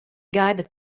gaida